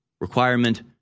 requirement